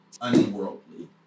unworldly